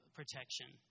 protection